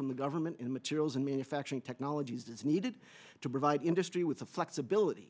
from the government in materials and manufacturing technologies is needed to provide industry with the flexibility